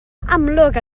amlwg